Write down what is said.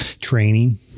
training